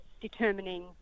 determining